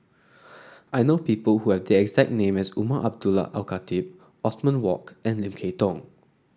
I know people who have the exact name as Umar Abdullah Al Khatib Othman Wok and Lim Kay Tong